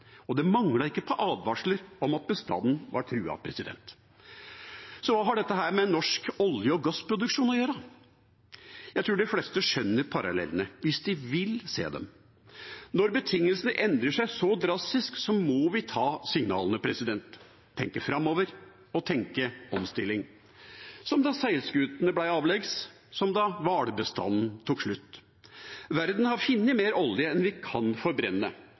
Det manglet ikke på advarsler om at bestanden var truet. Så hva har dette med norsk olje- og gassproduksjon å gjøre? Jeg tror de fleste skjønner parallellene, hvis de vil se dem. Når betingelsene endrer seg så drastisk, må vi ta signalene, tenke framover og tenke omstilling – som da seilskutene ble avleggs, som da hvalbestanden tok slutt. Verden har funnet mer olje enn vi kan forbrenne,